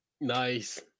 Nice